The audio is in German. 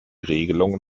regelungen